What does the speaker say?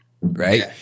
right